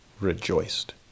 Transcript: rejoiced